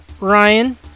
Ryan